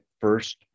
first